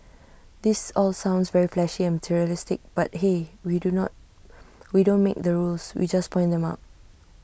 this all sounds very flashy and materialistic but hey we do not we don't make the rules we just point them out